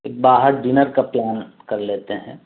ایک باہر ڈنر کا پلان کر لیتے ہیں